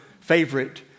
favorite